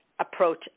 approach